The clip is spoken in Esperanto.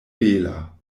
bela